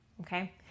Okay